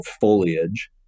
foliage